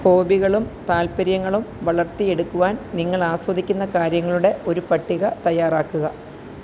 ഹോബികളും താൽപ്പര്യങ്ങളും വളർത്തിയെടുക്കുവാൻ നിങ്ങൾ ആസ്വദിക്കുന്ന കാര്യങ്ങളുടെ ഒരു പട്ടിക തയ്യാറാക്കുക